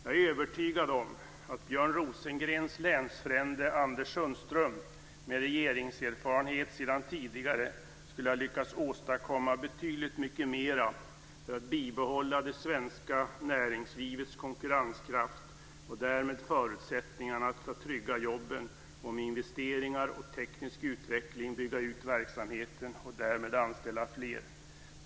Jag är övertygad om att Björn Rosengrens länsfrände Anders Sundström, med regeringserfarenhet sedan tidigare, skulle ha lyckats åstadkomma betydligt mycket mera för att bibehålla det svenska näringslivets konkurrenskraft och därmed förutsättningarna för att trygga jobben och med investeringar och teknisk utveckling bygga ut verksamheten och därmed anställa fler.